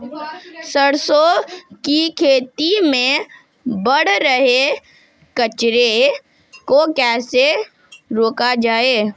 सरसों की खेती में बढ़ रहे कचरे को कैसे रोका जाए?